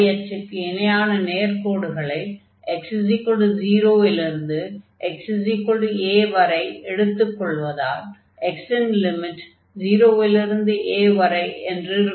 y அச்சுக்கு இணையான நேர்க்கோடுகளை x 0 இலிருந்து x a வரை எடுத்துக் கொள்வதால் x ன் லிமிட் 0 லிருந்து a வரை இருக்கும்